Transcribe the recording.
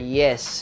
yes